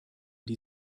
die